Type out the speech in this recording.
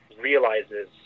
realizes